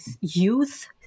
youth